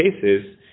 cases